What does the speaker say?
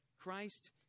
Christ